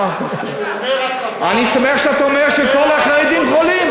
אני שמח שאתה אומר שכל החרדים חולים.